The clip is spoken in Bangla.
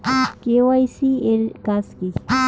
কে.ওয়াই.সি এর কাজ কি?